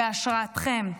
בהשראתכם.